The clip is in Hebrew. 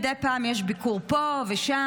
מדי פעם יש ביקור פה ושם,